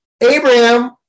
Abraham